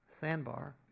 sandbar